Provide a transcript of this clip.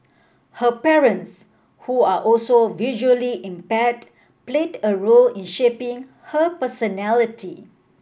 her parents who are also visually impaired played a role in shaping her personality